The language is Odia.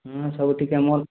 ହଁ ସବୁ ଠିକ ଆମର